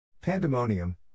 Pandemonium